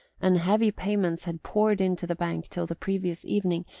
and heavy payments had poured into the bank till the previous evening,